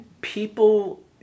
People